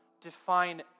define